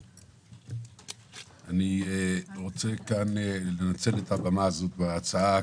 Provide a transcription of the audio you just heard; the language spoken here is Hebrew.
אני רוצה כאן לנצל את הבמה הזו בהצעה,